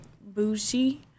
Bougie